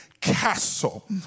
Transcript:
castle